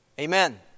Amen